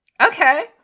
Okay